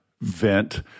vent